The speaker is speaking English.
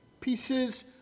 pieces